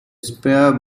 sphere